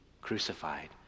crucified